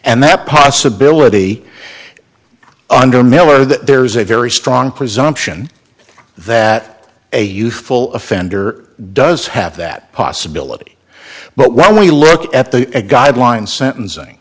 and that possibility under miller there's a very strong presumption that a youthful offender does have that possibility but when you look at the a guideline sentencing